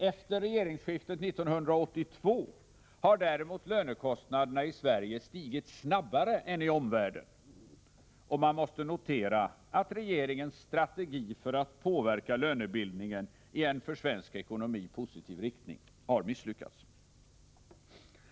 Efter regeringsskiftet 1982 har däremot lönekostnaderna i Sverige stigit snabbare än i omvärlden, och man måste notera att regeringens strategi för att påverka lönebildningen i en för svensk ekonomi positiv riktning har misslyckats.